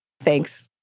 Thanks